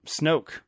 Snoke